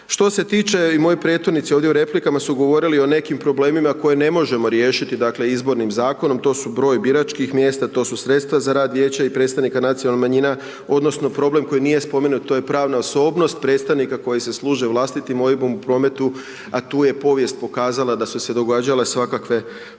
Što se tiče i moji prethodnici ovdje u replikama su govorili o nekim problemima koje ne možemo riješiti, dakle, izbornim zakonom, to su broj biračkih mjesta, to su sredstva za rad vijeća i predstavnika nacionalnih manjina, odnosno, problem koji nije spomenut to je pravna osobnost, predstavnika koji se služe vlastitim OIB-om u prometu, a tu je povijest pokazala da su se događale svakakve